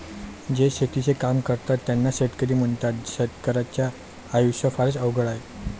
जे शेतीचे काम करतात त्यांना शेतकरी म्हणतात, शेतकर्याच्या आयुष्य फारच अवघड आहे